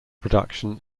production